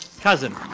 cousin